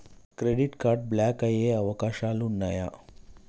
Credit card block అయ్యే అవకాశాలు ఉన్నయా?